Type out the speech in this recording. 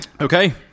Okay